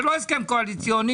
זה לא הסכם קואליציוני.